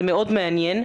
זה מאוד מעניין,